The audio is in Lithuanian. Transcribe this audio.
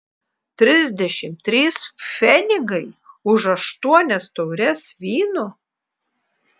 trisdešimt trys pfenigai už aštuonias taures vyno